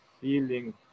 feeling